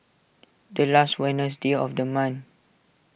the last Wednesday of the month